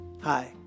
Hi